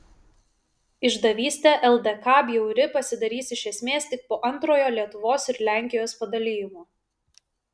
išdavystė ldk bjauri pasidarys iš esmės tik po antrojo lietuvos ir lenkijos padalijimo